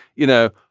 you know.